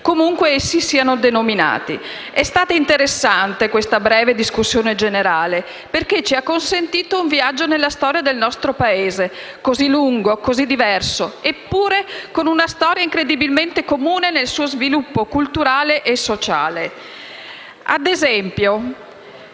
comunque essi siano denominati. È stata interessante la breve discussione generale svolta, perché ci ha consentito un viaggio nella storia del nostro Paese, così lungo, così diverso, eppure con una storia incredibilmente comune nel suo sviluppo culturale e sociale.